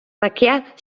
таке